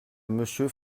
monsieur